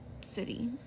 city